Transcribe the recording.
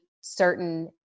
certain